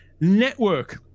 Network